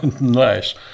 Nice